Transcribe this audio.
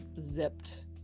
zipped